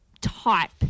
type